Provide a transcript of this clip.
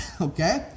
okay